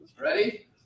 Ready